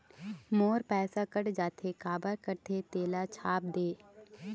मोर पैसा कट जाथे काबर कटथे तेला छाप देव?